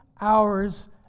hours